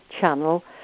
channel